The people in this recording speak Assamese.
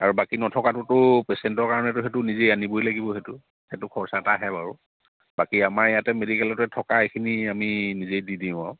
আৰু বাকী নথকাটোতো পেচেণ্টৰ কাৰণেতো সেইটো নিজেই আনিবই লাগিব সেইটো সেইটো খৰচ এটা আহে বাৰু বাকী আমাৰ ইয়াতে মেডিকেলতে থকা এইখিনি আমি নিজেই দি দিওঁ আৰু